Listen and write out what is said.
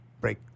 break